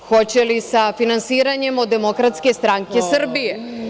Hoće li sa finansiranjem od Demokratske stranke Srbije?